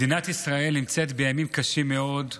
מדינת ישראל נמצאת בימים קשים מאוד,